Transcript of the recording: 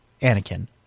anakin